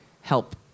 help